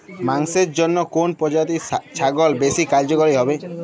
মাংসের জন্য কোন প্রজাতির ছাগল বেশি কার্যকরী হবে?